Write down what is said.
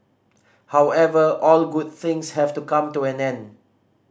however all good things have to come to an end